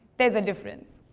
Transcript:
there's a difference.